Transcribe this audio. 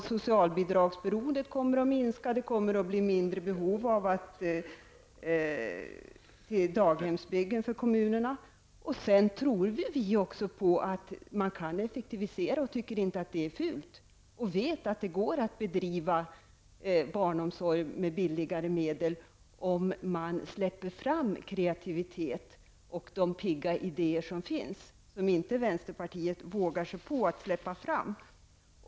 Socialbidragsberoendet kommer att minska, det kommer att bli mindre behov av daghemsbyggen för kommunerna. Sedan tror vi också på att man kan effektivisera. Vi tycker inte det är fult. Vi vet att det går att bedriva barnomsorg med billigare medel om man släpper fram kreativitet och de pigga idéer som finns, men som inte vänsterpartiet vågar sig på att släppa fram.